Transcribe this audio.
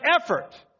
effort